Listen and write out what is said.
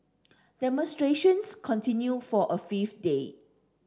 demonstrations continued for a fifth day